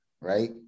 right